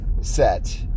set